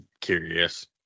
curious